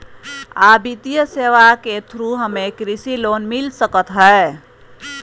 आ वित्तीय सेवाएं के थ्रू हमें कृषि लोन मिलता सकता है?